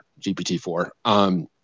GPT-4